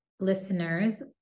listeners